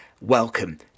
Welcome